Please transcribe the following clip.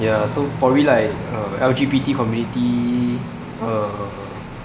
ya so probably like uh L_G_B_T community uh